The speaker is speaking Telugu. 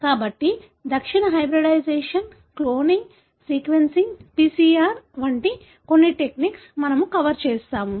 కాబట్టి దక్షిణ హైబ్రిడైజేషన్ క్లోనింగ్ సీక్వెన్సింగ్ పిసిఆర్ వంటి కొన్ని టెక్నిక్లను మనము కవర్ చేస్తాము